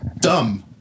dumb